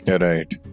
Right